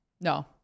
No